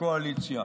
לקואליציה.